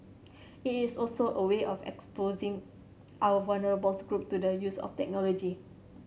it is also a way of exposing our vulnerable's groups to the use of technology